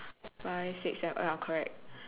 five six seven ya correct